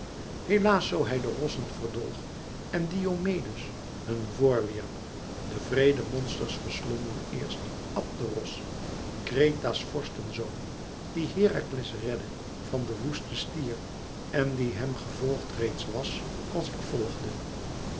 helaas zoo hij de rossen verdolg en diomedes hun voor wierp de wreede monsters verslonden eerst abderos kreta's vorstenzoon dien herakles redde van den woesten stier en die hem gevolgd reeds was als ik volgde